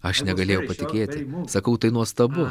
aš negalėjau patikėti sakau tai nuostabu